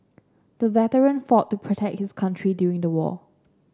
the veteran fought to protect his country during the war